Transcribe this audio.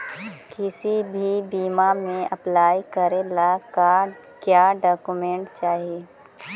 किसी भी बीमा में अप्लाई करे ला का क्या डॉक्यूमेंट चाही?